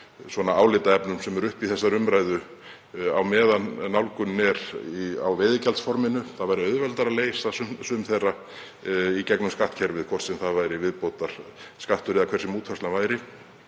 þeim álitaefnum sem eru uppi í þessari umræðu á meðan nálgunin er á veiðigjaldsforminu. Það væri auðveldara að leysa sumt af því í gegnum skattkerfið, hvort sem það væri viðbótarskattur eða hver sem útfærslan yrði.